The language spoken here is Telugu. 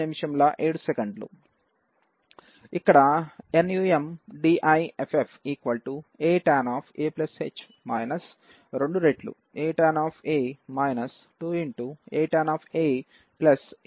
ఇక్కడ numDiff atan a h 2రెట్లు atan 2 atan atan